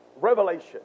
revelation